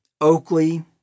Oakley